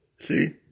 See